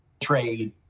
trade